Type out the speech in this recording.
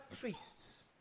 priests